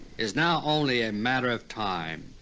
is now only a matter of time.